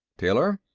taylor?